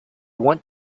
want